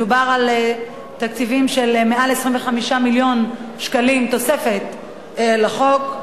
מדובר על תקציבים של מעל 25 מיליון שקלים תוספת לחוק.